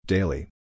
Daily